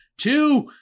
two